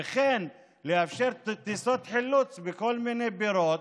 וכן לאפשר טיסות חילוץ מכל מיני בירות,